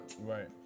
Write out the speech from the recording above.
Right